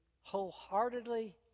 wholeheartedly